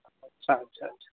ଆଚ୍ଛା ଆଚ୍ଛା ଆଚ୍ଛା